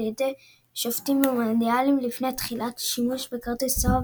ידי שופטים במונדיאלים לפני תחילת השימוש בכרטיס צהוב